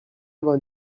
vingt